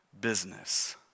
business